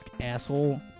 Asshole